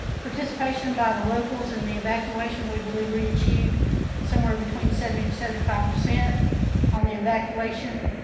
participation by the locals and the evacuation we believe we achieved somewhere between seventy seventy five percent on the evacuation.